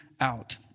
out